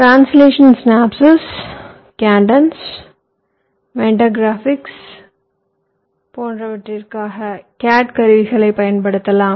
மாற்று சுருக்கம் Cadence Mentor Graphics போன்றவற்றிற்காக கேட் கருவிகளை பயன்படுத்தலாம்